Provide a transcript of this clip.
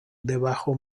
debajo